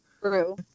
true